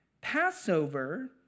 Passover